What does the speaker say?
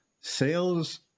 sales